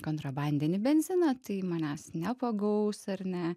kontrabandinį benziną tai manęs nepagaus ar ne